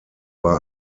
war